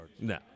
No